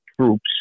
troops